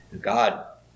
God